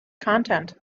content